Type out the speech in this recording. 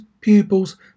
pupils